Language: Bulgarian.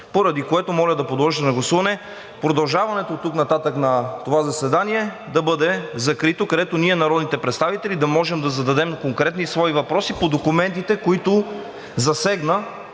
поради което моля да подложим на гласуване продължаването оттук нататък на това заседание да бъде закрито, където ние, народните представители, да можем да зададем конкретни свои въпроси по документите, които засегна